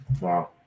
Wow